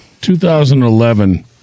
2011